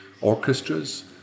orchestras